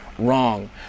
wrong